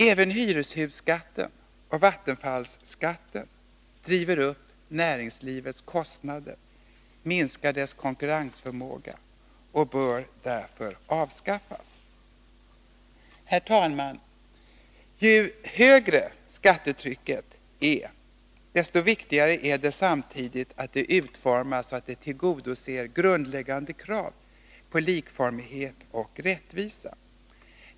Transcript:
Även hyreshusskatten och vattenfallsskatten driver upp näringslivets kostnader, minskar dess konkurrenskraft och bör därför avskaffas. Herr talman! Ju högre skattetrycket är, desto viktigare är det att det är utformat så att det tillgodoser grundläggande krav på likformighet och rättvisa.